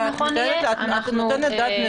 איך יהיה נכון לפעול אנחנו צריכים לדון.